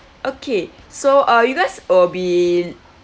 okay so uh you guys will be